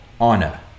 honor